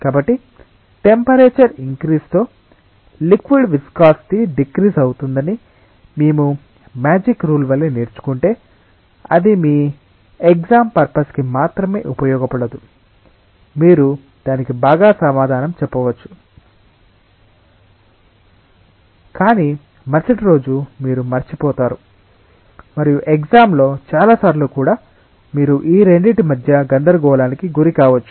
కాబట్టి temperature increase తో liquid viscosity decrease అవుతుందని మేము మేజిక్ రూల్ వలె నేర్చుకుంటే అది మీ ఎక్సం పర్పసెస్ కి మాత్రమే ఉపయోగపడదు మీరు దానికి బాగా సమాధానం చెప్పవచ్చు కాని మరుసటి రోజు మీరు మరచిపోతారు మరియు ఎక్సంలో చాలా సార్లు కూడా మీరు ఈ రెండింటి మధ్య గందరగోళానికి గురికావొచ్చు